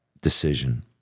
decision